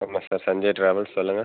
ஆமாம் sir Sandhya travels சொல்லுங்கள்